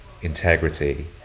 integrity